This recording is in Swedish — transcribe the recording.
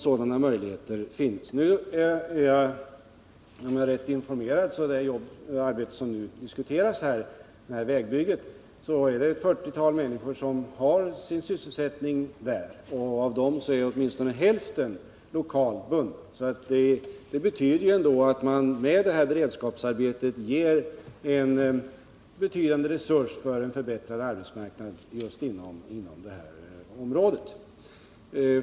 Vid det projekt som nu diskuteras, vägbygget, har ett fyrtiotal människor sin sysselsättning, om jag är rätt informerad, och av dem är åtminstone hälften från den lokala arbetsmarknaden. Det betyder ändå att detta beredskapsprojekt är en betydande resurs för en förbättrad arbetsmarknad inom just det här området.